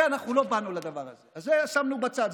לא באנו לדבר הזה, את זה שמנו בצד.